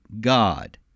God